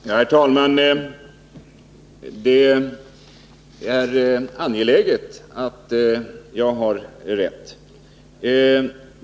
Herr talman! Det är angeläget att jag har rätt.